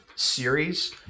Series